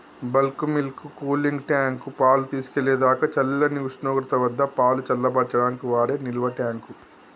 bulk milk cooling tank, పాలు తీసుకెళ్ళేదాకా చల్లని ఉష్ణోగ్రత వద్దపాలు చల్లబర్చడానికి వాడే నిల్వట్యాంక్